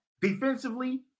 defensively